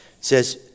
says